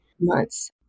months